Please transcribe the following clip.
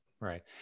Right